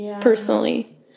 personally